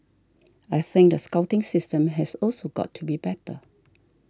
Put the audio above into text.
I think the scouting system has also got to be better